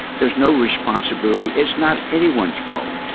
there's no responsibility. it's not anyone's fault.